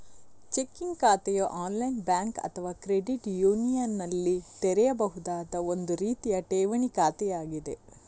checking ಖಾತೆಯು online bank ಅಥವಾ credit ಯೂನಿಯನಿನಲ್ಲಿ ತೆರೆಯಬಹುದಾದ ಒಂದು ರೀತಿಯ ಠೇವಣಿ ಖಾತೆಯಾಗಿದೆ